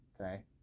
okay